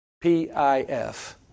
P-I-F